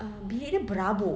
ah bilik dia berabuk